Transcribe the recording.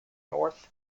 north